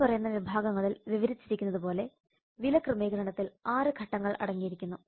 ഇനിപ്പറയുന്ന വിഭാഗങ്ങളിൽ വിവരിച്ചിരിക്കുന്നതുപോലെ വില ക്രമീകരണത്തിൽ ആറ് ഘട്ടങ്ങൾ അടങ്ങിയിരിക്കുന്നു